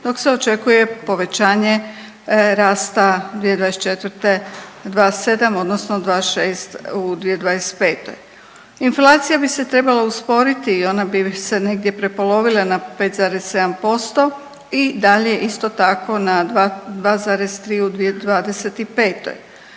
dok se očekuje povećanje rasta 2024. 2,7 odnosno 2,6 u 2025. Inflacija bi se trebala usporiti i ona bi se negdje prepolovila na 5,7% i dalje isto tako na 2,3 u 2025.